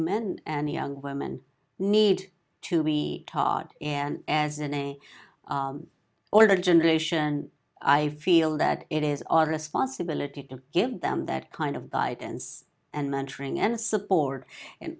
men and young women need to be taught and as in any order generation i feel that it is our responsibility to give them that kind of guidance and mentoring and support and